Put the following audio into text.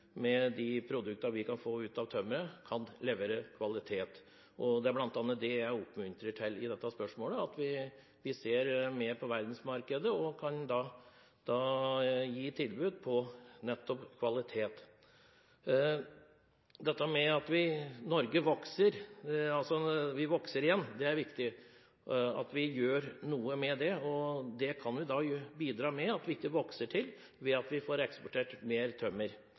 med de produktene vi kan få ut av tømmeret – kan levere kvalitet. Det er bl.a. det jeg oppmuntrer til i dette spørsmålet, at vi ser mer på verdensmarkedet, og at vi kan tilby nettopp kvalitet. Og ved at vi får eksportert mer tømmer, kan vi også bidra til at Norge ikke vokser til, noe som er viktig at vi gjør noe med. Tømmer er en vare som går over grensen – det er f.eks. en kjensgjerning at vi